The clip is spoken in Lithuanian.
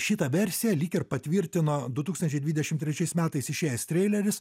šitą versiją lyg ir patvirtino du tūkstančiai dvidešim trečiais metais išėjęs treileris